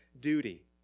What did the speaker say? duty